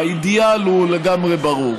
האידיאל הוא לגמרי ברור.